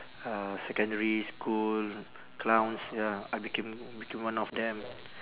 uh secondary school clowns ya I became became one of them